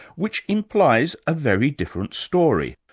which implies a very different story.